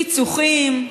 פיצוחים.